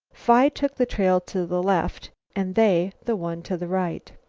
phi took the trail to the left and they the one to the right.